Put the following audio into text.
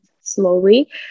slowly